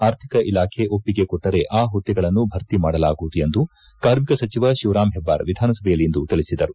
ಅರ್ಥಿಕ ಇಲಾಖೆ ಒಪ್ಪಿಗೆ ಕೊಟ್ಟರೆ ಆ ಮದ್ದೆಗಳನ್ನು ಭರ್ತಿ ಮಾಡಲಾಗುವುದು ಎಂದು ಕಾರ್ಮಿಕ ಸಚಿವ ಶಿವರಾಂ ಹೆಬ್ದಾರ್ ವಿಧಾನಸಭೆಯಲ್ಲಿಂದು ತಿಳಿಸಿದರು